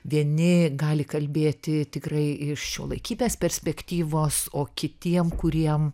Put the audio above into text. vieni gali kalbėti tikrai iš šiuolaikybės perspektyvos o kitiem kuriem